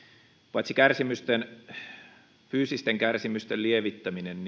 paitsi fyysisten kärsimysten lievittäminen